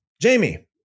Jamie